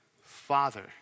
Father